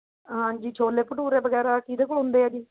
ਹਾਂਜੀ ਛੋਲੇ ਭਟੂਰੇ ਵਗੈਰਾ ਕਿਹਦੇ ਕੋਲ ਹੁੰਦੇ ਹੈ ਜੀ